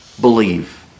believe